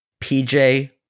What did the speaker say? PJ